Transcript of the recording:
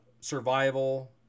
survival